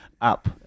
up